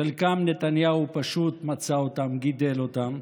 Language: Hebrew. חלקם, נתניהו פשוט מצא אותם, גידל אותם,